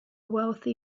wealthy